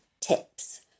tips